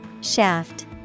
Shaft